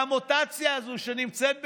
והמוטציה הזו, שנמצאת בשערינו,